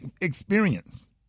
experience